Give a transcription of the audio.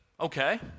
okay